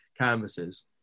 canvases